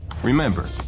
Remember